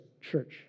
church